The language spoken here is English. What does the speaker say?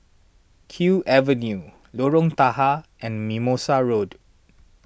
Kew Avenue Lorong Tahar and Mimosa Road